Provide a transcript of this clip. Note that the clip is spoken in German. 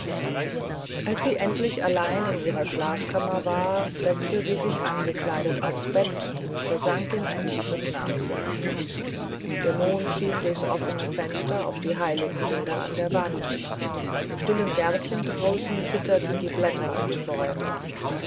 als sie endlich allein in ihrer schlafkammer war setzte sie sich angekleidet aufs bett und versank in ein tiefes nachsinnen der mond schien durchs offne fenster auf die heiligenbilder an der wand im stillen gärtchen draußen zitterten die blätter in den bäumen